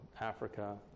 Africa